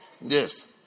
Yes